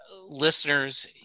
Listeners